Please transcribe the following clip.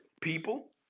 people